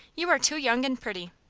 you are too young and pretty.